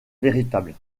véritable